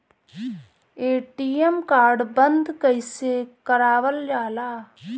ATM card बन्द कईसे करावल जाला?